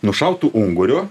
nušautu unguriu